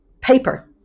paper